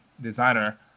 designer